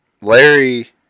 larry